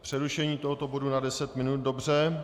Přerušení tohoto bodu na deset minut, dobře.